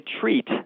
treat